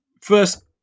first